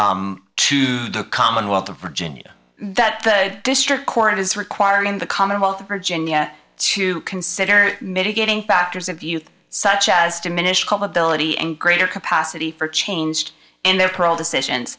like to the commonwealth of virginia that the district court is required in the commonwealth of virginia to consider mitigating factors of youth such as diminished culpability and greater capacity for changed in their parole decisions